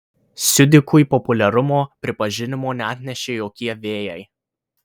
siudikui populiarumo pripažinimo neatnešė jokie vėjai